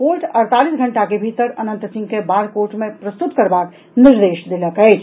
court अड़तालीस घंटा के भीतर अनंत सिंह के बाढ़ कोर्ट मे प्रस्तुत करबाक निर्देश देलक अछि